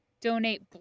donate